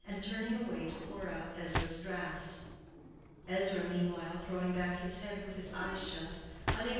and turning away to pour out ezra's draught ezra meanwhile throwing back his head with his eyes shut,